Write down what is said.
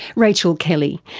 rachel kelly,